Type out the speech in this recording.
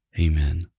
Amen